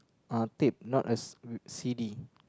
uh tape not a C a C_D